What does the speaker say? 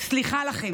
סליחה מכם.